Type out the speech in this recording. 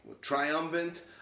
triumphant